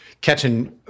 catching